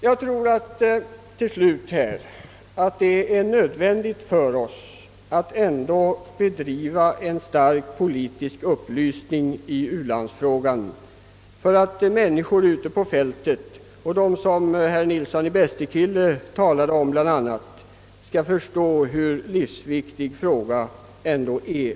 Jag tror att det är nödvändigt för oss att bedriva en stark politisk upplysning i u-landsfrågan för att människor ute på fältet — bl.a. de som herr Nilsson i Bästekille talade om — skall förstå hur livsviktig denna fråga är.